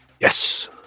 Yes